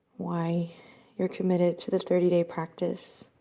why you're committed to the thirty day practice,